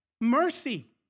mercy